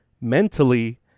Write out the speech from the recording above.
mentally